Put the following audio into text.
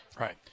Right